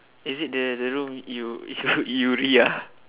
is it the the room you you ah